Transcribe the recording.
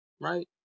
right